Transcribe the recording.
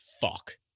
fuck